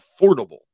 affordable